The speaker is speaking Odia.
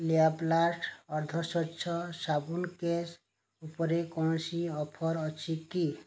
ଲ୍ୟାପ୍ଲାଷ୍ଟ୍ ଅର୍ଦ୍ଧସ୍ୱଚ୍ଛ ସାବୁନ୍ କେସ୍ ଉପରେ କୌଣସି ଅଫର୍ ଅଛି କି